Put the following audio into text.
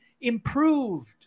improved